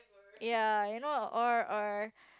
ya you know or or